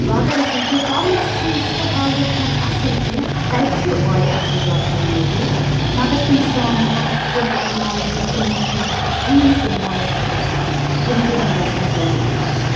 وۄنۍ اگر أسۍ وُچھو ٹاونَس سٕنٛز تہٕ حالت چھَنہٕ اصٕل کیٚنٛہہ تَتہِ چھِ واریاہ اصٕل ڈاکٹر موجوٗد مگر تِم سامان تِم ٹیٚکنالجی تِم مِشیٖن چھیٚی نہٕ تِم میسر گژھان یِم تِمَن گژھان ضٔروٗری آسٕنۍ